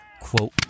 quote